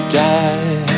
die